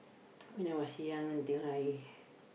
when I was young until I